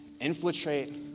infiltrate